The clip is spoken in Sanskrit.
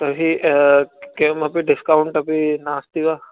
तर्हि किमपि डिस्कौण्टपि नास्ति वा